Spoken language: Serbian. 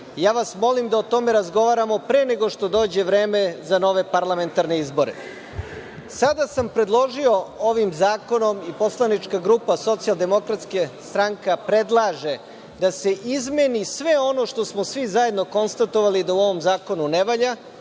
Ja vas molim da o tome razgovaramo pre nego što dođe vreme za nove parlamentarne izbore. Sada sam predložio ovim zakonom i poslanička grupa SDS predlaže da se izmeni sve ono što smo svi zajedno konstatovali da u ovom zakonu ne valja,